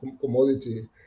commodity